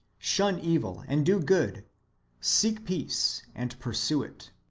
shun evil, and do good seek peace, and pursue it.